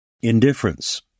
Indifference